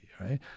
right